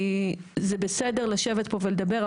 כי זה בסדר לשבת פה ולדבר.